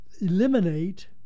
eliminate